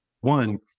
One